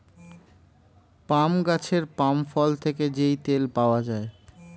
পাম গাছের পাম ফল থেকে যেই তেল পাওয়া যায়